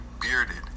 bearded